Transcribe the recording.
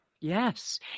Yes